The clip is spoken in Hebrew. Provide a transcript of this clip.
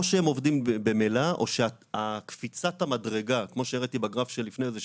או שהם עובדים ממילא או שקפיצת המדרגה כמו שהראיתי בגרף שלפני זה,